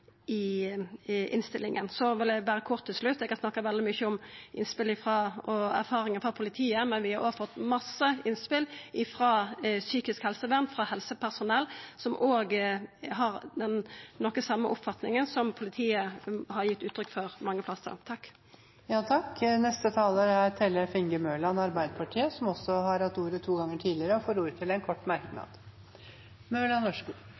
innstillinga. Så vil eg berre kort til slutt seia at eg har snakka veldig mykje om innspel og erfaringar frå politiet, men vi har òg fått masse innspel frå psykisk helsevern, frå helsepersonell, som òg har noko av den same oppfatninga som politiet har gitt uttrykk for mange plassar.